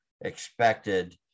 expected